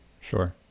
Sure